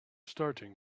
starting